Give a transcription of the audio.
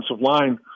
line